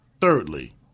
thirdly